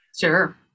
Sure